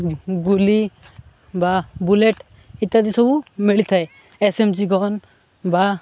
ଗୁଲି ବା ବୁଲେଟ୍ ଇତ୍ୟାଦି ସବୁ ମିଳିଥାଏ ଏସ୍ ଏମ୍ ଜି ଗନ୍ ବା